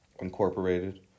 Incorporated